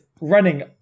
running